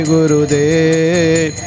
Gurudev